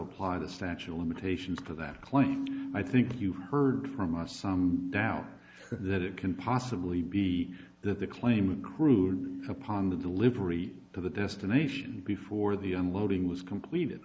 apply the statue of limitations for that claim i think you've heard from us some now that it can possibly be that the claimant cruden upon the delivery to the destination before the unloading was completed